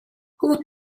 who